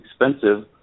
expensive